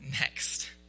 next